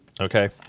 okay